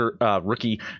rookie